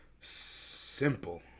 Simple